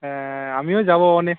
হ্যাঁ আমিও যাব ওখানে